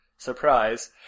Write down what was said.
Surprise